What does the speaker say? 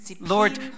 Lord